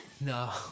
no